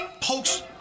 pokes